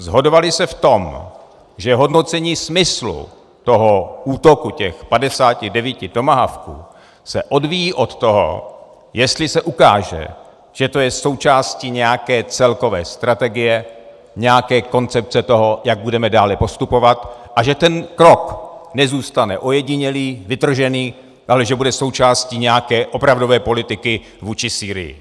Shodovaly se v tom, že hodnocení smyslu útoku těch 59 tomahawků se odvíjí od toho, jestli se ukáže, že to je součástí nějaké celkové strategie, nějaké koncepce toho, jak budeme dále postupovat, a že ten krok nezůstane ojedinělý, vytržený, ale že bude součástí nějaké opravdové politiky vůči Sýrii.